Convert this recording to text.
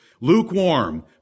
lukewarm